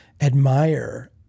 admire